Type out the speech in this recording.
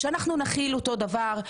אנחנו צריכים להחיל אותו דבר.